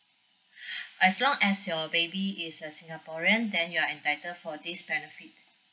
as long as your baby is a singaporean then you are entitled for this benefit